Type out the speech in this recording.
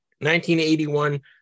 1981